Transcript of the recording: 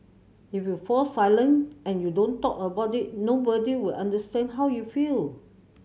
if you fall silent and you don't talk about it nobody will understand how you feel